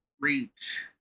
reach